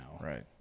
Right